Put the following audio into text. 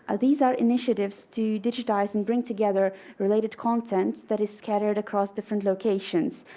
ah these are initiatives to digitize and bring together related content that is scattered across different locations.